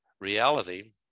reality